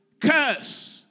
curse